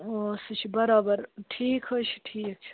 سُہ چھِ برابر ٹھیٖک حظ چھِ ٹھیٖک چھُ